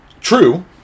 True